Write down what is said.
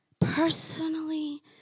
personally